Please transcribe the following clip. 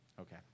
Okay